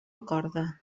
acorda